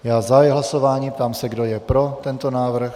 Zahajuji hlasování a ptám se, kdo je pro tento návrh.